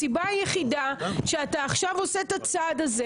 הסיבה היחידה שאתה עכשיו אותה עושה את הצעד הזה